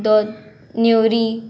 दो नेवरी